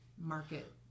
market